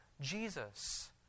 Jesus